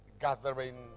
gathering